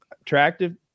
attractive